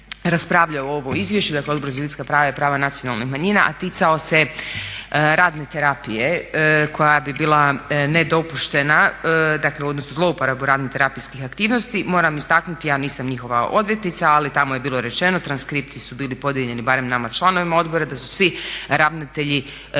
raspravljao ovo izvješće, dakle Odbor za ljudska prava i prava nacionalnih manjina, a ticao se radne terapije koja bi bila nedopuštena, dakle odnosno zlouporabu radno-terapijskih aktivnosti. Moram istaknuti, ja nisam njihova odvjetnica, ali tamo je bilo rečeno, transkripti su bili podijeljeni barem nama članovima odbora da su svi ravnatelji